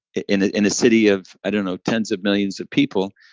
in in a city of, i don't know, tens of millions of people,